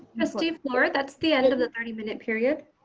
trustee fluor, that's the end of the thirty minute period.